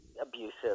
abusive